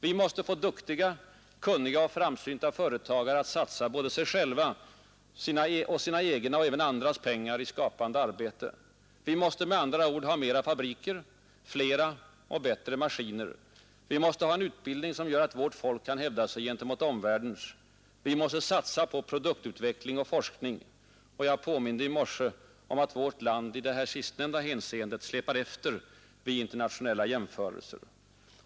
Vi måste få duktiga, kunniga och framsynta företagare att satsa både sig själva, sina egna och även andras pengar i skapande arbete. Vi måste med andra ord ha mera fabriker, flera och bättre maskiner. Vi måste ha en utbildning som gör att vårt folk kan hävda sig gentemot omvärldens. Vi måste satsa på produktutveckling och forskning. Jag påminde i morse om att vårt land i det sistnämnda hänseendet släpar efter vid internationella jämförelser.